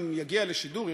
אם יגיע לשידור,